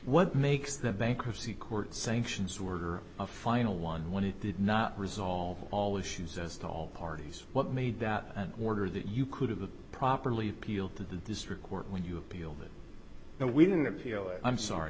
what makes the bankruptcy court sanctions were a final one when it did not resolve all issues as to all parties what made that an order that you could have a properly appeal to the district court when you appealed it and we didn't